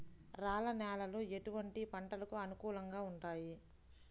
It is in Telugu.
రాళ్ల నేలలు ఎటువంటి పంటలకు అనుకూలంగా ఉంటాయి?